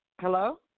Hello